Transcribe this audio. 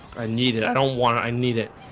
i need it i don't want to i need it